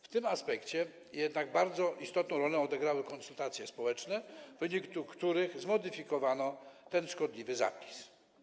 W tym aspekcie jednak bardzo istotną rolę odegrały konsultacje społeczne, w wyniku których zmodyfikowano ten szkodliwy zapis.